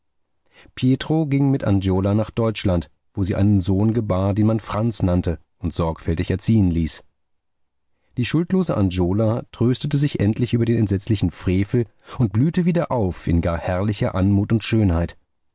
pietro ging mit angiola nach deutschland wo sie einen sohn gebar den man franz nannte und sorgfältig erziehen ließ die schuldlose angiola tröstete sich endlich über den entsetzlichen frevel und blühte wieder auf in gar herrlicher anmut und schönheit